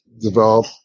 develop